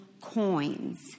coins